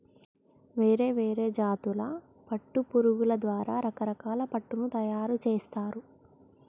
వేరే వేరే జాతుల పట్టు పురుగుల ద్వారా రకరకాల పట్టును తయారుచేస్తారు